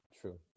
True